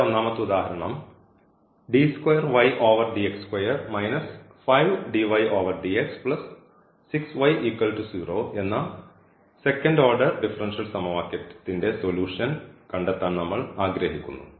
ഇവിടെ ഒന്നാമത്തെ ഉദാഹരണം എന്ന സെക്കൻഡ് ഓർഡർ ഡിഫറൻഷ്യൽ സമവാക്യത്തിന്റെ സൊല്യൂഷൻ കണ്ടെത്താൻ നമ്മൾ ആഗ്രഹിക്കുന്നു